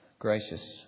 Gracious